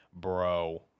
bro